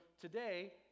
today